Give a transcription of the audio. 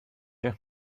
you